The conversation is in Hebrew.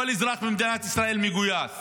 כל אזרח במדינת ישראל מגויס